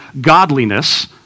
godliness